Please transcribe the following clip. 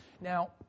Now